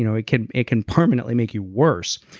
you know it can it can permanently make you worse.